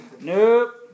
Nope